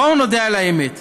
בואו נודה על האמת,